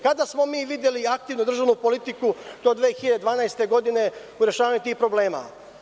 Kada smo mi videli aktivnu državnu politiku do 2012. godine u rešavanju tih problema.